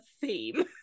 theme